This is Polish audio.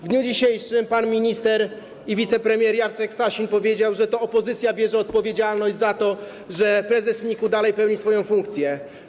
W dniu dzisiejszym pan minister, wicepremier Jacek Sasin powiedział, że to opozycja bierze odpowiedzialność za to, że prezes NIK dalej pełni swoją funkcję.